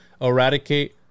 eradicate